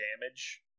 damage